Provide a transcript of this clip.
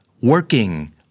working